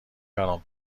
برام